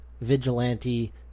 vigilante